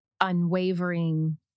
unwavering